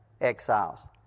exiles